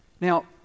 Now